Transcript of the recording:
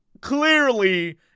clearly